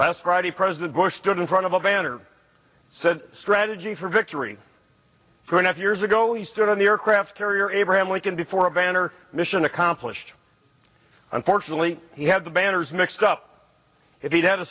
last friday president bush stood in front of a banner said strategy for victory for enough years ago he stood on the aircraft carrier abraham lincoln before a banner mission accomplished unfortunately he had the banners mixed up if he had a